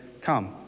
Come